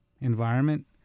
environment